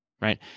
Right